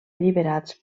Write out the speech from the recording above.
alliberats